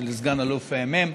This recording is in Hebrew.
של סגן אלוף מ'